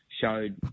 showed